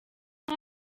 uyu